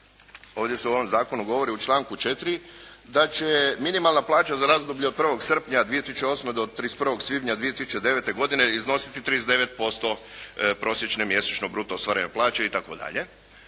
Ovdje govori u članku 4. da će minimalna plaća za razdoblje od 1. srpnja 2008. do 31. svibnja 2009. iznositi 39% prosječne mjesečne bruto ostvarene plaće itd.